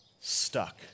stuck